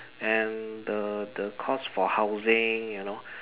and the the cost for housing you know